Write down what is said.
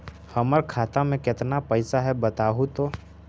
हमर खाता में केतना पैसा है बतहू तो?